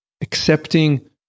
accepting